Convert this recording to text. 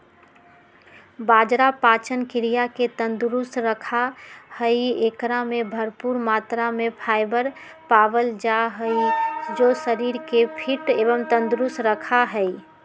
बाजरा पाचन क्रिया के तंदुरुस्त रखा हई, एकरा में भरपूर मात्रा में फाइबर पावल जा हई जो शरीर के फिट एवं तंदुरुस्त रखा हई